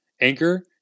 Anchor